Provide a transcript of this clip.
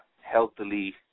healthily